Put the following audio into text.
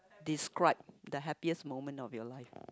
describe the happiest moment of your life